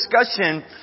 discussion